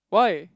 why